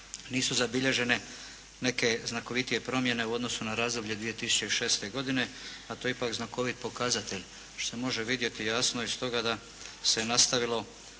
nisu zabilježene neke znakovitije promjene u odnosu na razdoblje 2006. godine a to je ipak znakovit pokazatelj što se može vidjeti jasno iz toga da se nastavilo